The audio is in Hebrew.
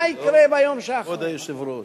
שלום, כבוד היושב-ראש.